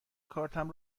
کارتم